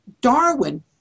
Darwin